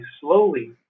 slowly